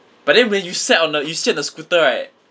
but then when you sat on the you sit on the scooter right